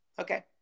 Okay